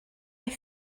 eich